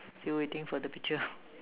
still waiting for the picture